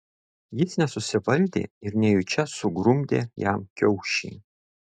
jis nesusivaldė ir nejučia sugrumdė jam kiaušį